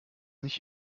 nicht